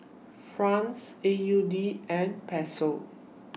Franc A U D and Peso